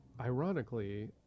ironically